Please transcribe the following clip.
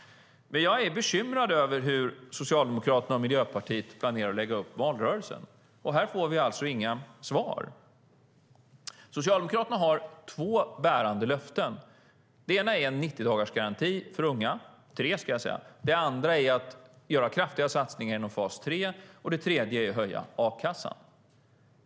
Jag är bekymrad över hur Socialdemokraterna och Miljöpartiet planerar att lägga upp valrörelsen, och här får vi alltså inga svar. Socialdemokraterna har tre bärande löften. Det ena är en 90-dagarsgaranti för unga, det andra är att göra kraftiga satsningar inom fas 3 och det tredje är att höja a-kassan.